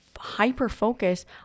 hyper-focus